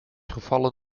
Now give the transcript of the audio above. gevallen